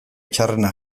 txarrenak